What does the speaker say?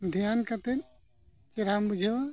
ᱫᱷᱮᱭᱟᱱ ᱠᱟᱛᱮᱫ ᱪᱮᱨᱦᱟᱢ ᱵᱩᱡᱷᱟᱹᱣᱟ